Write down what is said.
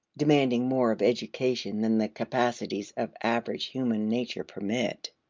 demanding more of education than the capacities of average human nature permit,